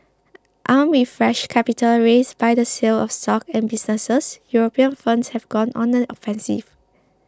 armed with fresh capital raised by the sale of stock and businesses European firms have gone on the offensive